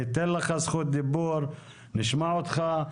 ניתן לך זכות דיבור, נשמע אותך.